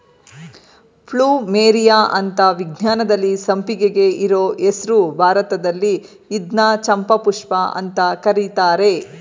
plumeria ಅಂತ ವಿಜ್ಞಾನದಲ್ಲಿ ಸಂಪಿಗೆಗೆ ಇರೋ ಹೆಸ್ರು ಭಾರತದಲ್ಲಿ ಇದ್ನ ಚಂಪಾಪುಷ್ಪ ಅಂತ ಕರೀತರೆ